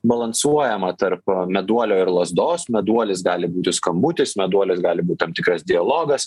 balansuojama tarp meduolio ir lazdos meduolis gali būti skambutis meduolis gali būt tam tikras dialogas